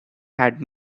had